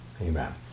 Amen